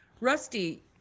Rusty